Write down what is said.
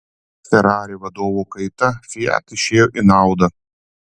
ferrari vadovo kaita fiat išėjo į naudą